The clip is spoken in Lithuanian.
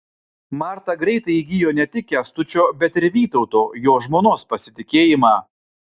marta greitai įgijo ne tik kęstučio bet ir vytauto jo žmonos pasitikėjimą